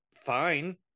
fine